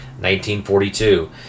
1942